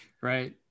Right